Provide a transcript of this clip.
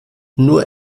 nur